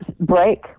break